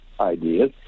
ideas